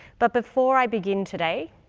but before i begin today,